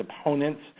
opponent's